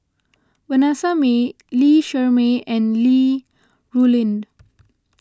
Vanessa Mae Lee Shermay and Li Rulin